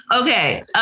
Okay